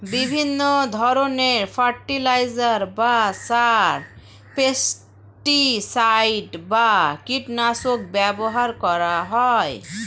বিভিন্ন ধরণের ফার্টিলাইজার বা সার, পেস্টিসাইড বা কীটনাশক ব্যবহার করা হয়